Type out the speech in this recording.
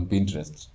Pinterest